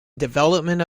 development